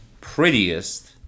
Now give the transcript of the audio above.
prettiest